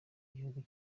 gihugu